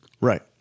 Right